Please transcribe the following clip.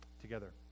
together